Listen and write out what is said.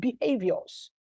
behaviors